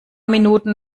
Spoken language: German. minuten